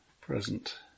present